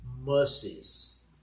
mercies